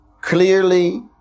clearly